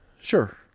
Sure